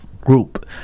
group